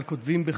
אבל כותבים בכ"ף.